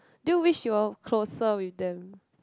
do you wish you all closer with them